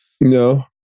No